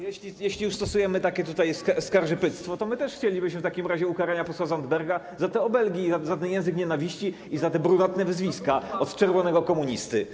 Jeśli już stosujemy tutaj takie skarżypyctwo, to my też chcielibyśmy w takim razie ukarania posła Zandberga za te obelgi, za ten język nienawiści i za te brunatne wyzwiska od czerwonego komunisty.